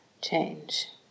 change